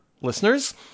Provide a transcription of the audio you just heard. listeners